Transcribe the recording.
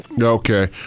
Okay